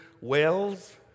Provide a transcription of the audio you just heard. wells